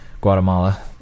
Guatemala